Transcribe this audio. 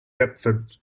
deptford